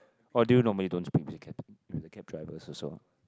or do you normally don't speak with the cab with the cab drivers also